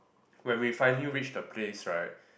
when we finally reached the place right